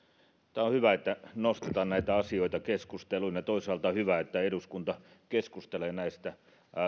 on hyvä että nostetaan näitä asioita keskusteluun ja toisaalta hyvä että eduskunta keskustelee näistä